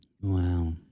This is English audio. Wow